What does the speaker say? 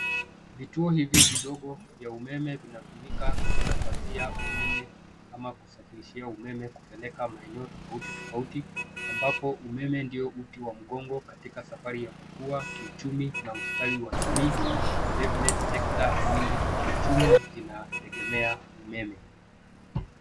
Vituo hivi vidogo vya umeme vinatumika kusambazia umeme ama kusafirishia umeme kupeleka maeneo tofauti tofauti ambapo umeme ndio uti wa mgongo katika safari ya kukua kiuchumi na ustawi wa jamii na vile vile sekta nyingi za kiuchumi zinategemea umeme.